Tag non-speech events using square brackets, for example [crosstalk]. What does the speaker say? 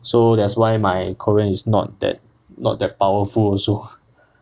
so that's why my korean is not that not that powerful also [laughs]